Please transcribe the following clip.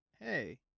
hey